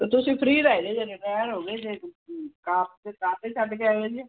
ਅਤੇ ਤੁਸੀਂ ਫ੍ਰੀ ਰਹਿ ਗਏ ਜੇ ਰਟੈਰ ਹੋ ਗਏ ਜੇ ਤੂੰ ਕਾਪ 'ਤੇ ਕਾਰ ਤੇ ਛੱਡ ਕੇ ਆਇਓ ਜੇ